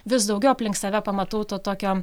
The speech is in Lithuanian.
vis daugiau aplink save pamatau to tokio